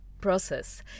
process